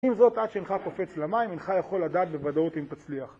אם זאת, עד שאינך קופץ למים, אינך יכול לדעת בוודאות אם תצליח